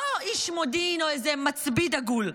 לא איש מודיעין או איזה מצביא דגול,